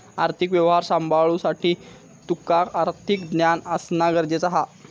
आर्थिक व्यवहार सांभाळुसाठी तुका आर्थिक ज्ञान असणा गरजेचा हा